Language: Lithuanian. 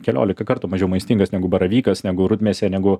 keliolika kartų mažiau maistingas negu baravykas negu rudmėsė negu